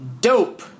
Dope